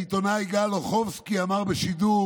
העיתונאי גל אוחובסקי אמר בשידור